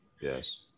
yes